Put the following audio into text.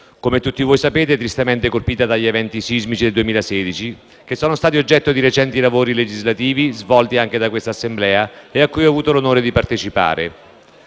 come tutti voi sapete, tristemente colpita dagli eventi sismici del 2016 che sono stati oggetto di recenti lavori legislativi svolti anche da questa Assemblea e a cui ho avuto l'onore di partecipare.